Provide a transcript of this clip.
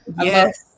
Yes